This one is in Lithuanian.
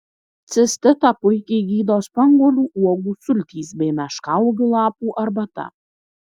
cistitą puikiai gydo spanguolių uogų sultys bei meškauogių lapų arbata